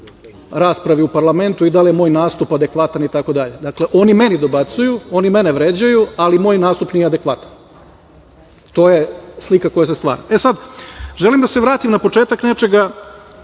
raspravi u parlamentu i da li je moj nastup adekvatan itd? Dakle, oni meni dobacuju, oni mene vređaju, ali moj nastup nije adekvatan. To je slika koja se stvara.E, sada želim da se vratim na početak nečega